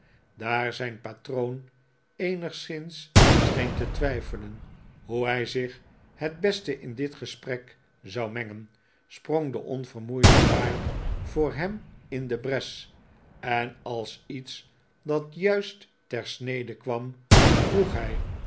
daar zijn patroon eenigszins scheen te twijfelen hoe hij zich het best in dit gesprek zou mengen sprong de onvermoeide pyke voor hem in de bres en als iets dat juist ter snede kwam vroeg hij